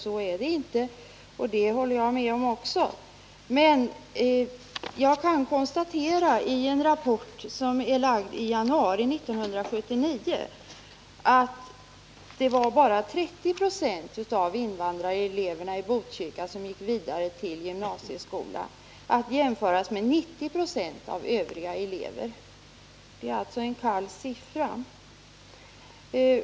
Så är det inte, och det håller jag också med om. Men jag kan konstatera i en rapport som är framlagd i januari 1979 att bara 30 96 av invandrareleverna i Botkyrka gick vidare till gymnasieskolan, att jämföras med 90 26 av övriga elever. Det är alltså en kall siffra.